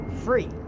free